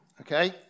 Okay